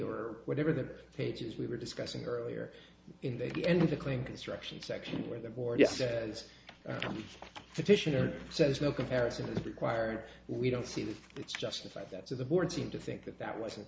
or whatever the pages we were discussing earlier in the end of the clean construction section where the board says petitioner says no comparison required we don't see that it's justified that to the board seem to think that that wasn't